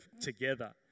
together